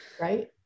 right